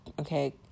okay